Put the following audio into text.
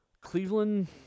Cleveland